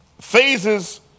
phases